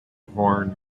horne